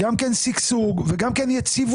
גם כן שגשוג, וגם כן יציבות.